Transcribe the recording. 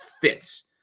fits